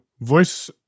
Voice